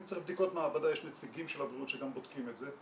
אם צריך בדיקות מעבדה יש נציגים של הבריאות שגם בודקים את זה.